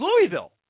Louisville